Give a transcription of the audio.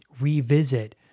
revisit